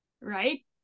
right